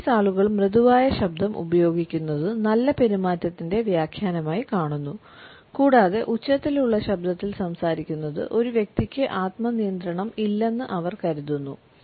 Japanese ആളുകൾ മൃദുവായ ശബ്ദം ഉപയോഗിക്കുന്നത് നല്ല പെരുമാറ്റത്തിൻറെ വ്യാഖ്യാനമായി കാണുന്നു കൂടാതെ ഉച്ചത്തിലുള്ള ശബ്ദത്തിൽ സംസാരിക്കുന്നത് ഒരു വ്യക്തിക്ക് ആത്മനിയന്ത്രണം ഇല്ലെന്ന് അവർ കരുതുന്നു